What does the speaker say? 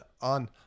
On